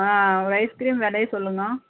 ஆ ice cream விலைய சொல்லுங்க